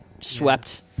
swept